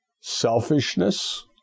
selfishness